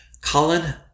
Colin